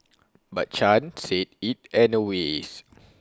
but chan said IT anyways